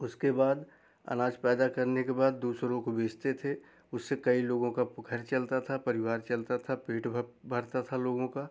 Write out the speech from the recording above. उसके बाद अनाज पैदा करने के बाद दूसरों को बेचते थे उससे कई लोगों का घर चलता था परिवार चलता था पेट भरता था लोगों का